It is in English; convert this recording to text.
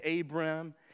Abram